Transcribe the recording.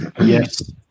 yes